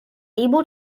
able